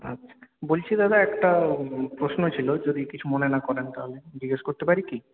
আচ্ছা বলছি দাদা একটা প্রশ্ন ছিল যদি কিছু মনে না করে তাহলে জিজ্ঞেস করতে পারি কি